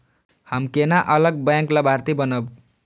हम केना अलग बैंक लाभार्थी बनब?